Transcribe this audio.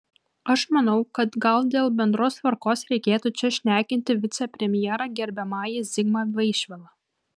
aš manau kad gal dėl bendros tvarkos reikėtų čia šnekinti vicepremjerą gerbiamąjį zigmą vaišvilą